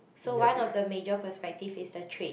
so one of the major perspective is the trait